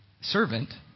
servant